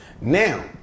Now